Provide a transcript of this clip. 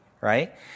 right